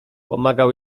pomagał